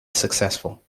successful